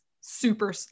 super